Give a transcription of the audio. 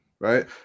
Right